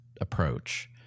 approach